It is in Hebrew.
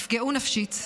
נפגעו נפשית.